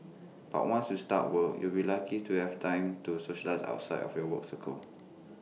but once you start work you'll be lucky to have time to socialise outside of your work circle